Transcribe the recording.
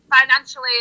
financially